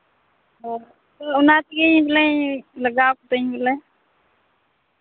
ᱚ ᱚᱱᱟ ᱛᱮᱜᱮ ᱵᱚᱞᱮ ᱞᱟᱜᱟᱣ ᱠᱟᱹᱫᱟᱹᱧ ᱵᱚᱞᱮ